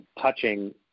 touching